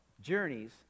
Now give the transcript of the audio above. journeys